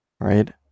right